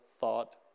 thought